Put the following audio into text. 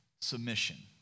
submission